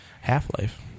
Half-Life